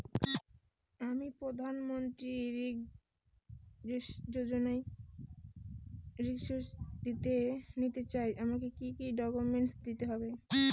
আমি প্রধানমন্ত্রী গৃহ ঋণ যোজনায় গৃহ ঋণ নিতে চাই আমাকে কি কি ডকুমেন্টস দিতে হবে?